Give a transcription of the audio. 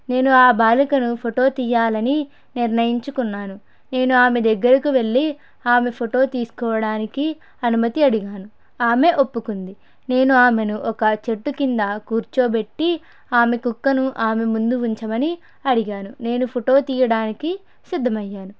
నేను ఆ బాలికను ఫోటో తీయాలని నిర్ణయించుకున్నాను నేను ఆమె దగ్గరకు వెళ్ళి ఆమె ఫోటో తీసుకోవడానికి అనుమతి అడిగాను ఆమె ఒప్పుకుంది నేను ఆమెను ఒక చెట్టు కింద కూర్చోబెట్టి ఆమె కుక్కను ఆమె ముందు ఉంచమని అడిగాను నేను ఫోటో తీయడానికి సిద్దమయ్యాను